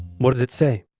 what does it say?